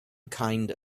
kind